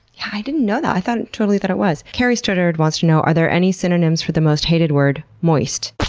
i didn't know that. i thought it totally that it was. carrie stuard wants to know are there any synonyms for the most hated word, moist?